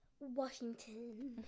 Washington